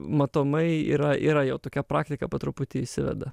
matomai yra yra jau tokia praktika po truputį įsiveda